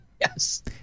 Yes